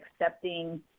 accepting